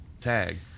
tag